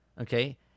okay